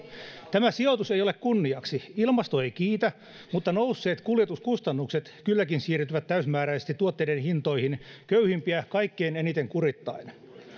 tämä sijoitus ei ole kunniaksi ilmasto ei kiitä mutta nousseet kuljetuskustannukset kylläkin siirtyvät täysimääräisesti tuotteiden hintoihin köyhimpiä kaikkein eniten kurittaen